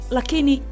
Lakini